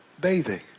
bathing